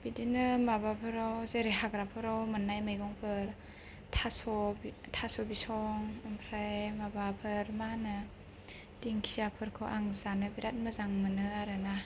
बिदिनो माबाफोराव जेरै हाग्राफोराव मोन्नाय मैगंफोर थास' बि बिसं ओमफ्राय माबाफोर मा होनो दिंखियाफोरखौ आं जानो बिराथ मोजां मोनो आरोना